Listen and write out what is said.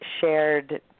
shared